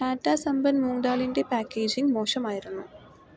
ടാറ്റാ സംപൻ മൂംഗ് ദാലിന്റെ പാക്കേജിംഗ് മോശമായിരുന്നു